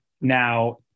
now